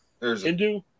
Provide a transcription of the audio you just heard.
Hindu